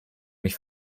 mich